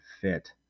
fit